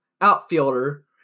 outfielder